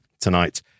tonight